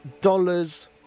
dollars